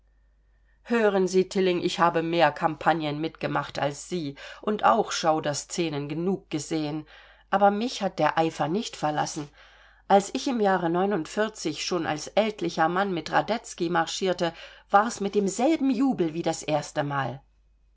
hören sie tilling ich habe mehr campagnen mitgemacht als sie und auch schauderscenen genug gesehen aber mich hat der eifer nicht verlassen als ich im jahre schon als ältlicher mann mit radetzky marschierte war's mit demselben jubel wie das erste mal